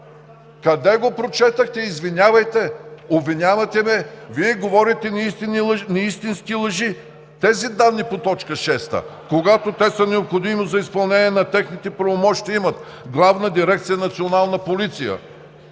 Къде го прочетохте?! Извинявайте! Обвинявате ме: Вие говорите неистини, лъжи! Тези данни по т. 6, когато те са необходимост, за изпълнение на техните правомощия имат: Главна дирекция „Национална полиция“,